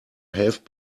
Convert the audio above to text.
have